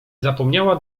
zapomniała